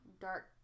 dark